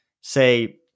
say